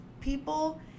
people